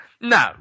No